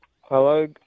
Hello